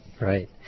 Right